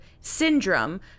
syndrome